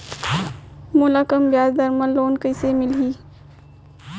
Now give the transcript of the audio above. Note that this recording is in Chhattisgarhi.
मोला कम ब्याजदर में लोन कइसे मिलही?